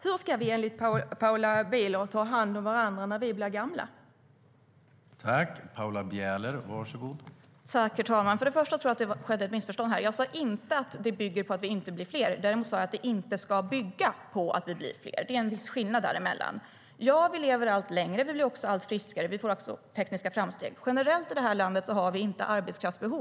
Hur ska vi enligt Paula Bieler ta hand om varandra när vi blir gamla?